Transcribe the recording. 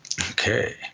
Okay